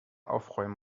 aufräumen